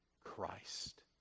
Christ